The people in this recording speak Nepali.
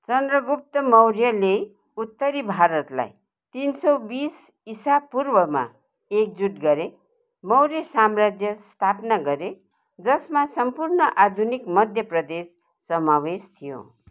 चन्द्रगुप्त मौर्यले उत्तरी भारतलाई तिन सौ बिस ईसा पूर्वमा एकजुट गरे मौर्य साम्राज्य स्थापना गरे जसमा सम्पूर्ण आधुनिक मध्य प्रदेश समावेश थियो